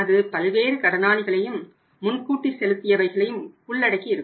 அது பல்வேறு கடனாளிகளையும் முன்கூட்டி செலுத்தியவைகளையும் உள்ளடக்கியிருக்கும்